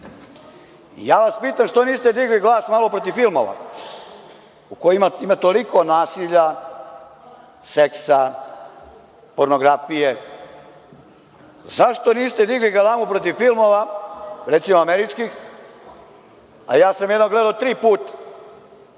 ja vas pitam - zašto niste digli glas malo protiv filmova u kojima ima toliko nasilja, seksa, pornografije? Zašto niste digli galamu protiv filmova, recimo američkih, a ja sam jedan gledao tri puta,